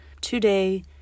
today